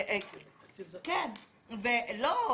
לא,